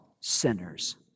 sinners